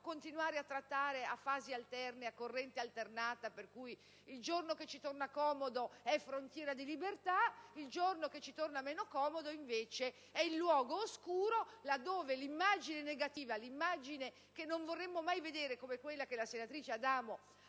continuare a trattare a fasi alterne e a corrente alternata, per cui il giorno che ci torna comodo è frontiera di libertà e il giorno che ci torna meno comodo è invece il luogo oscuro dove l'immagine negativa che non vorremmo mai vedere, come quella che la senatrice Adamo ha